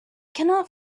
cannot